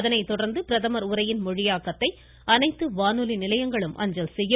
அதனைத்தொடர்ந்து பிரதமர் உரையின் மொழியாக்கத்தை அனைத்து வானொலி நிலையங்களும் அஞ்சல் செய்யும்